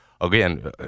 again –